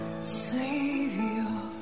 Savior